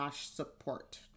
support